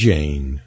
Jane